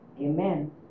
Amen